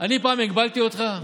אני פעם הגבלתי אותך?